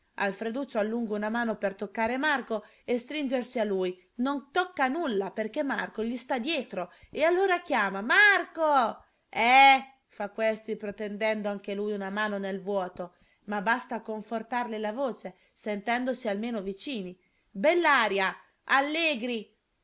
tutti alfreduccio allunga una mano per toccare marco e stringersi a lui non tocca nulla perché marco gli sta dietro e allora chiama marco eh fa questi protendendo anche lui una mano nel vuoto ma basta a confortarli la voce sentendosi almeno vicini bell'aria allegri